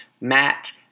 Matt